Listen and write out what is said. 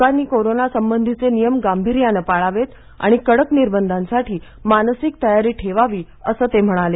लोकांनी कोरोना संबंधीचे नियम गांभिर्यानं पाळावेत आणि कडक निर्बंधांसाठी मानसिक तयारी ठेवावी असं ते म्हणाले